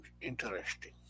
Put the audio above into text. Interesting